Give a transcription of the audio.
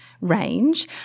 range